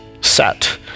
set